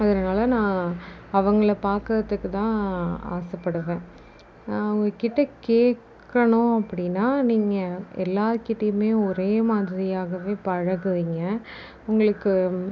அதனால நான் அவங்கள பார்க்குறதுக்குதான் ஆசைப்படுவேன் அவங்ககிட்ட கேட்கணும் அப்படினா நீங்கள் எல்லாேருகிட்டையுமே ஒரே மாதிரியாகவே பழகுவீங்க உங்களுக்கு